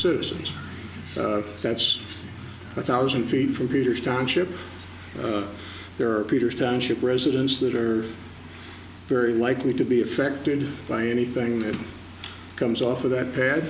citizens that's a thousand feet from peter's township there are peter's township residents that are very likely to be affected by anything that comes off of that pad